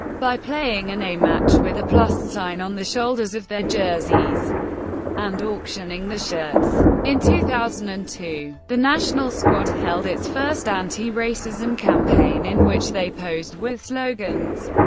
by playing an a-match with a plus sign on the shoulders of their jerseys and auctioning the shirts. in two thousand and two, the national squad held its first anti-racism campaign in which they posed with slogans.